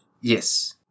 Yes